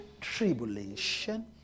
tribulation